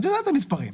את יודעת את המספרים,